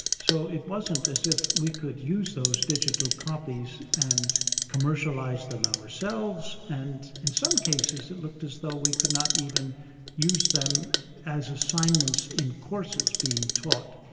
so it wasn't as if we could use those digital copies and commercialise them ourselves, and in some cases, it looked as though we could not even use them as assignments in courses being taught.